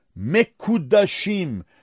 Mekudashim